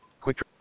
Quick